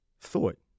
thought